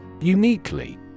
Uniquely